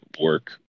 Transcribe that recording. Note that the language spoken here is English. work